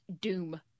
Doom